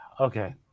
Okay